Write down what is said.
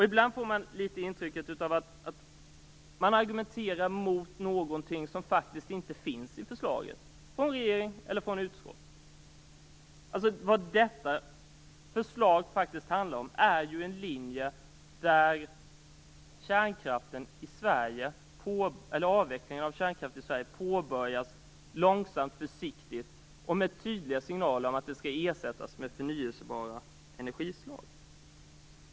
Ibland får man intrycket av att det argumenteras mot någonting som faktiskt inte finns med i förslaget, vare sig från regeringen eller från utskottet. Detta förslag innebär en linje där avvecklingen av kärnkraften i Sverige påbörjas långsamt, försiktigt och med tydliga signaler om att den skall ersättas med förnybara energislag.